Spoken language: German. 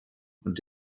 und